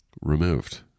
Removed